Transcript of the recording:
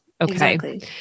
Okay